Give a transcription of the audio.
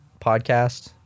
podcast